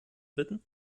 bitten